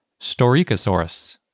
Storikosaurus